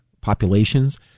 populations